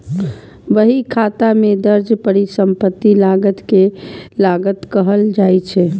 बहीखाता मे दर्ज परिसंपत्ति लागत कें लागत कहल जाइ छै